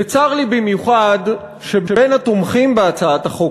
וצר לי במיוחד שבין התומכים בהצעת החוק